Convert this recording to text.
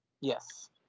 Yes